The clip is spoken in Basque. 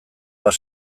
bat